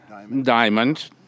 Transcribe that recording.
Diamond